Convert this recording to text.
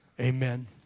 Amen